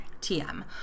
TM